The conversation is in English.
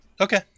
Okay